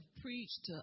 preached